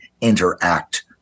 interact